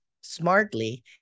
smartly